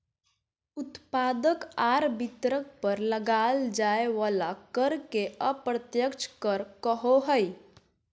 उत्पादक आर वितरक पर लगाल जाय वला कर के अप्रत्यक्ष कर कहो हइ